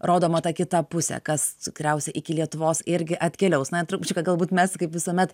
rodoma ta kita pusė kas tikriausiai iki lietuvos irgi atkeliaus na trupučiuką galbūt mes kaip visuomet